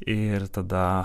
ir tada